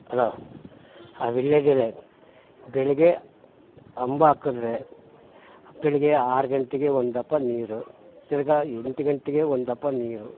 hello ಆ ವಿಳ್ಯೆದೆಲೆ ಬೆಳೆಗೆ ಅಂಬು ಹಾಕಿದ್ರೆ ಬೆಳಗ್ಗೆ ಆರು ಗಂಟೆಗೆ ಒಂದಪ ನೀರು ತಿರ್ಗಿ ಎಂಟು ಗಂಟೆಗೆ ಒಂದಪ ನೀರು